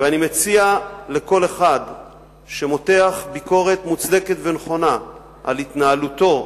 ואני מציע לכל אחד שמותח ביקורת מוצדקת ונכונה על התנהלותו,